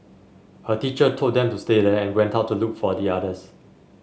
a teacher told them to stay there and went out to look for the others